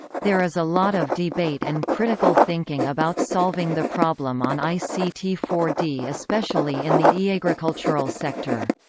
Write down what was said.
there is a lot of debate and critical thinking about solving the problem on i c t four d especially in the eagricultural sector.